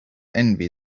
envy